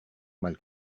mal